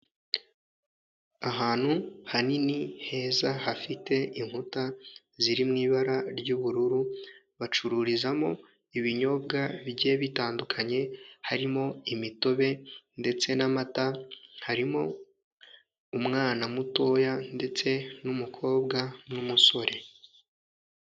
Ahantu hanini, heza, hafite inkuta ziri mu ibara ry'ubururu, bacururizamo ibinyobwa bigiye bitandukanye harimo imitobe ndetse n'amata, harimo umwana mutoya ndetse n'umukobwa n'umusore.